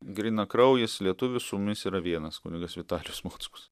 grynakraujis lietuvis su mumis yra vienas kunigas vitalijus mockus